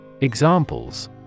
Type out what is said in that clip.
Examples